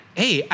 hey